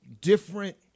different